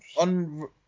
on